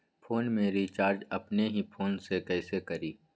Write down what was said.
Phone में recharge अपने ही फ़ोन से कईसे करी?